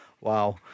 wow